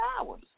hours